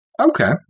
okay